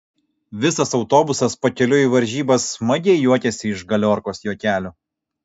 visas autobusas pakeliui į varžybas smagiai juokėsi iš galiorkos juokelių